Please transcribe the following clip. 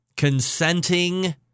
Consenting